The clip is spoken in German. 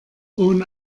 ohne